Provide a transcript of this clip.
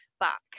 back